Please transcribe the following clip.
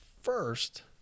first